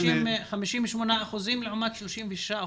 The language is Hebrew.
58 אחוזים לעומת 36 אחוזים,